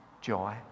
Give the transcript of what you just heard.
joy